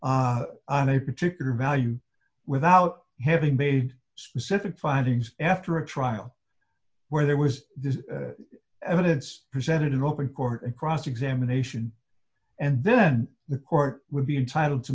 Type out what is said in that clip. d on any particular value without having made specific findings after a trial where there was evidence presented in open court and cross examination and then the court would be entitled to